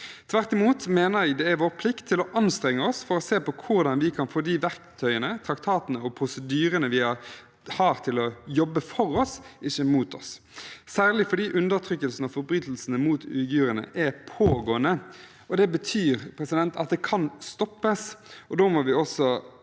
Tvert imot mener jeg det er vår plikt å anstrenge oss for å se på hvordan vi kan få de verktøyene, traktatene og prosedyrene vi har, til å jobbe for oss og ikke mot oss, særlig fordi undertrykkelsen og forbrytelsene mot uigurene er pågående. Det betyr at det kan stoppes,